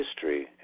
history